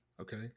okay